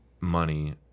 money